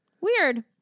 weird